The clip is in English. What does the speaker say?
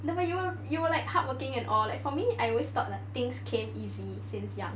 but you were like hardworking and all like for me I always thought that things came easy since young